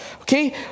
okay